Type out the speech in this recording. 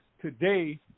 Today